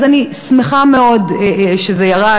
אז אני שמחה מאוד שזה ירד,